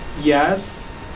yes